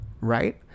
right